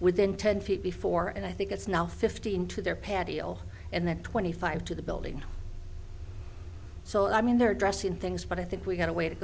within ten feet before and i think it's now fifteen to their patio and then twenty five to the building so i mean they're dressed in things but i think we've got a way to